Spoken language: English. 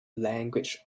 language